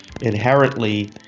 inherently